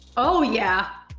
oh yeah,